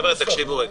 חבר'ה, תקשיבו רגע,